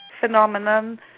phenomenon